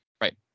Right